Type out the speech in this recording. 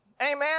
amen